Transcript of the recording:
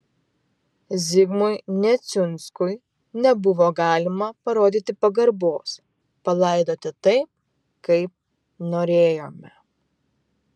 zigmui neciunskui nebuvo galima parodyti pagarbos palaidoti taip kaip norėjome